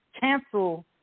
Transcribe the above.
Cancel